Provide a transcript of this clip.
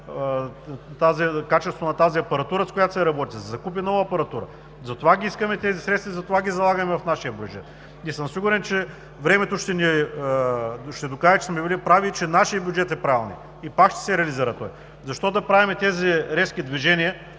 качеството на апаратурата, с която се работи, да се закупи нова апаратура. Затова искаме тези средства и затова ги залагаме в нашия бюджет. Сигурен съм, че времето ще докаже, че сме били прави, че нашият бюджет е правилният и пак той ще се реализира. Защо да правим тези резки движения